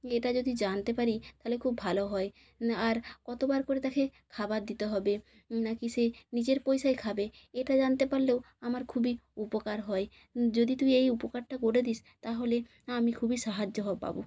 এটা যদি জানতে পারি তাহলে খুব ভালো হয় আর কত বার করে তাকে খাবার দিতে হবে না কি সে নিজের পয়সায় খাবে এটা জানতে পারলেও আমার খুবই উপকার হয় যদি তুই এই উপকারটা করে দিস তাহলে আমি খুবই সাহায্য পাবো